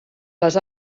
les